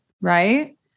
right